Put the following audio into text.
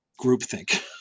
groupthink